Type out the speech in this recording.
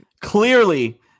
Clearly